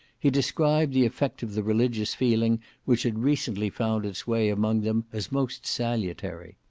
he described the effect of the religious feeling which had recently found its way among them as most salutary.